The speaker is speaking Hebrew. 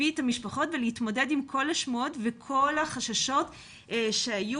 את המשפחות ולהתמודד עם כל השמועות והחששות שהיו.